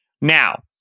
Now